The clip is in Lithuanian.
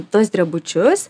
tuos drebučius